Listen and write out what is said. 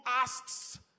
asks